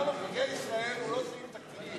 מינהל מקרקעי ישראל הוא לא סעיף תקציבי.